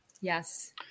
Yes